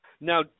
Now